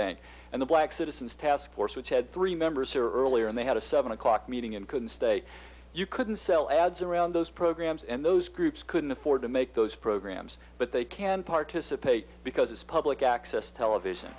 bank and the black citizens task force which had three members or earlier and they had a seven o'clock meeting and couldn't stay you couldn't sell ads around those programs and those groups couldn't afford to make those programs but they can participate because it's public access television